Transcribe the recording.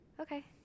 okay